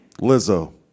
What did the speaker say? Lizzo